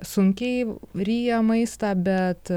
sunkiai ryja maistą bet